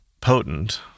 potent